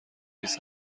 ریز